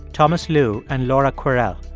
thomas lu and laura kwerel.